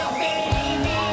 baby